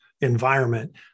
environment